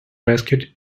rescued